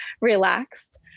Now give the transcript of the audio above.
relaxed